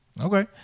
Okay